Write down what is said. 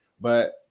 but-